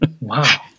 Wow